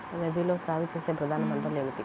రబీలో సాగు చేసే ప్రధాన పంటలు ఏమిటి?